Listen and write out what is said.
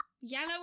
Yellow